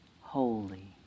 holy